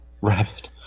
Rabbit